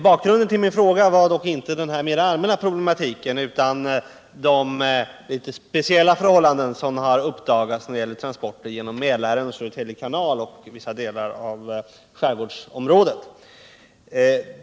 Bakgrunden till min fråga är dock inte den allmänna problematiken utan de speciella förhållanden som har uppdagats vid transporter genom Mälaren, Södertälje kanal och vissa delar av skärgårdsområdet.